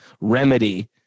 remedy